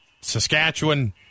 Saskatchewan